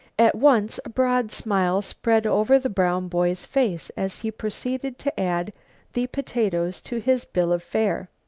at once a broad smile spread over the brown boy's face as he proceeded to add the potatoes to his bill of fare.